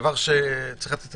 אני אציין